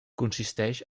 consisteix